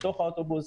בתוך האוטובוס,